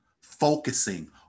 focusing